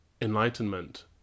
enlightenment